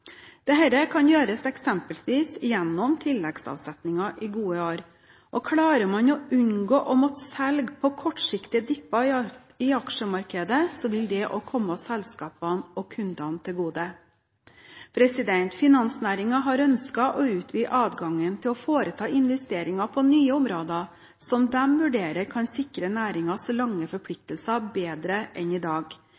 dagene. Dette kan gjøres eksempelvis gjennom tilleggsavsetninger i gode år. Klarer man å unngå å måtte selge på kortsiktige «dipper» i aksjemarkedet, vil det også komme selskapene og kundene til gode. Finansnæringen har ønsket å utvide adgangen til å foreta investeringer på nye områder som de vurderer kan sikre næringens lange